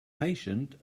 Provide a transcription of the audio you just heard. patient